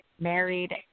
Married